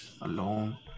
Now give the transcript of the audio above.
alone